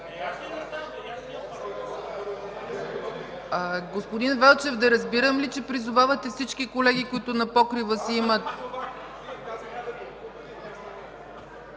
Господин Велчев, да разбирам ли, че призовавате всички колеги, които имат на покрива си...